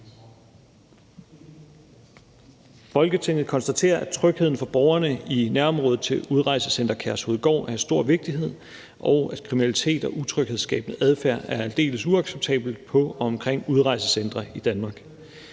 »Folketinget konstaterer, at trygheden for borgerne i nærområdet til Udrejsecenter Kærshovedgård er af stor vigtighed, og at kriminalitet og utryghedsskabende adfærd er aldeles uacceptabelt på og omkring udrejsecentre i Danmark